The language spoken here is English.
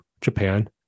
Japan